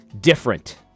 different